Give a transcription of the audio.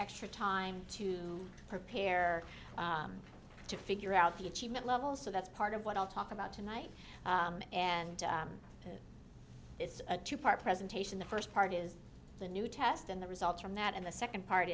extra time to prepare to figure out the achievement levels so that's part of what i'll talk about tonight and it's a two part presentation the first part is the new test and the results from that and the second part